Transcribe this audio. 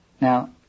Now